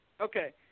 Okay